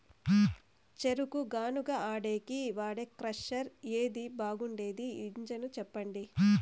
చెరుకు గానుగ ఆడేకి వాడే క్రషర్ ఏది బాగుండేది ఇంజను చెప్పండి?